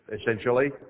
essentially